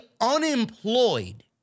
unemployed